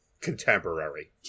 contemporary